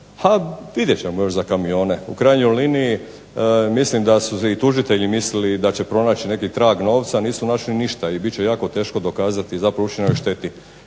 ha vidjet ćemo još za Kamione. U krajnjoj liniji mislim da su se i tužitelji mislili da će pronaći neki trag novca, a nisu našli ništa. I bit će zapravo jako teško dokazati ... šteti.